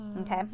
okay